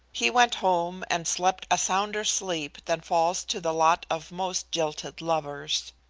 he went home and slept a sounder sleep than falls to the lot of most jilted lovers.